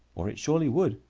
or it surely would.